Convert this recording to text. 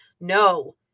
no